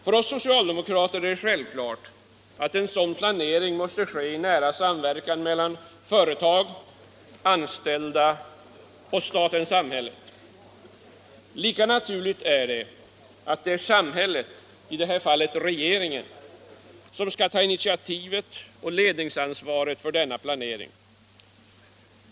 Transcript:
För oss socialdemokrater är det självklart att en sådan planering måste ske i nära samverkan mellan företag, anställda och staten/samhället. Lika naturligt är det att det är samhället — i detta fall regeringen — som skall ta initiativet och ledningsansvaret för denna planering.